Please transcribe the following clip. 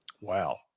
Wow